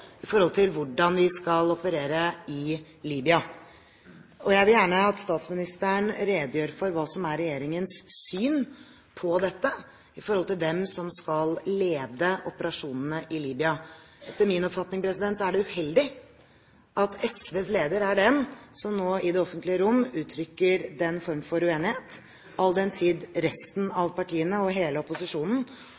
i forhold til hvordan vi skal operere i Libya. Jeg vil gjerne at statsministeren redegjør for hva som er regjeringens syn på dette, med hensyn til hvem som skal lede operasjonene i Libya. Etter min oppfatning er det uheldig at SVs leder er den som nå i det offentlige rom uttrykker den form for uenighet, all den tid resten